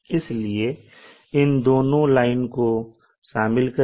इसलिए इन दोनों लाइन को शामिल करिए